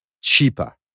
cheaper